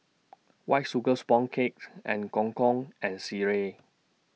White Sugar Sponge Cakes and Gong Gong and Sireh